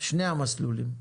שני המסלולים.